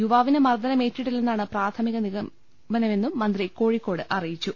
യുവാവിന് മർദ്ദനമേറ്റിട്ടില്ലെന്നാണ് പ്രാഥമിക നിഗമനമെന്നും മന്ത്രി കോഴിക്കോട്ട് അറിയിച്ചു